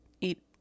eat